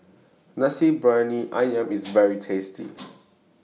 Nasi Briyani Ayam IS very tasty